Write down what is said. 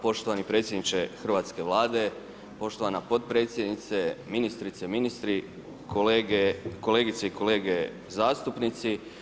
Poštovani predsjedniče hrvatske Vlade, poštovana potpredsjednice, ministrice, ministri, kolegice i kolege zastupnici.